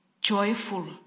joyful